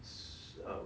um